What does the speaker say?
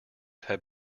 have